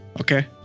okay